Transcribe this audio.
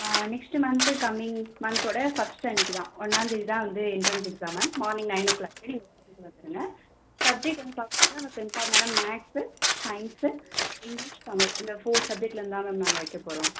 next month coming மன்த்தோடய first அன்றைக்குதான் ஒன்றாந்தேதி தான் வந்து entrance exam ma'am morning nine o'clock நீங்கள் கூட்டிகிட்டு வந்துடுங்க சப்ஜெக்ட் வந்து பார்க்கும்போது இம்பார்ட்டன்டாக மேக்ஸு சயின்ஸு இங்கிலீஷ் தமிழ் இந்த ஃபோர் சப்ஜெட்க்லேருந்து தான் மேம் வைக்கப் போகிறோம்